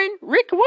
Rick